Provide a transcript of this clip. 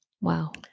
Wow